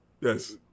yes